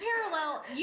parallel